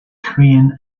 crayon